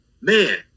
man